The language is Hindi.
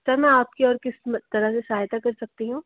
सर मैं आपकी और किस तरह से सहायता कर सकती हूँ